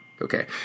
Okay